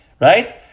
Right